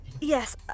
Yes